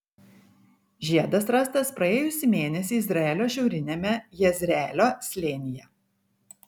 žiedas rastas praėjusį mėnesį izraelio šiauriniame jezreelio slėnyje